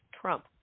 Trump